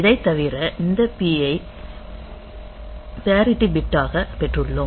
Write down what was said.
அதை தவிர இந்த P ஐ பேரிட்டி பிட்டாக பெற்றுள்ளோம்